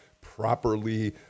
properly